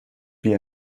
wir